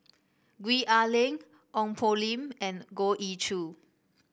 Gwee Ah Leng Ong Poh Lim and Goh Ee Choo